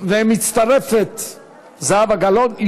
ומצטרפת זהבה גלאון,